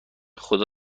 خدا